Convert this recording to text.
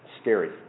Scary